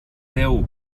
déu